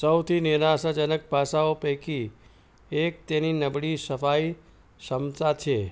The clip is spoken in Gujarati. સૌથી નિરાશાજનક પાસાઓ પૈકી એક તેની નબળી સફાઈ ક્ષમતા છે